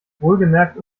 wohlgemerkt